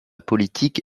politique